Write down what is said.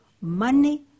money